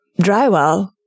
drywall